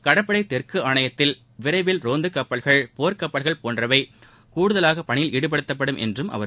கடற்படை தெற்கு ஆணையத்தில் விரைவில் ரோந்து கப்பல்கள் போர் கப்பல்கள் போன்றவை கூடுதலாக பணியில் ஈடுபடுத்தப்படும் என்றார் அவர்